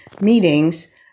meetings